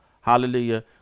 hallelujah